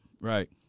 right